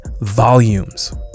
volumes